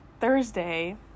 Thursday